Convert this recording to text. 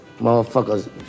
Motherfuckers